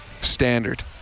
standard